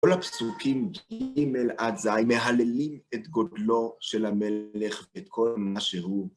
כל הפסוקים ג עד ז, מהללים את גודלו של המלך ואת כל מה שהוא.